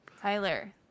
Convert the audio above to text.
Tyler